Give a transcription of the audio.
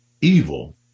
evil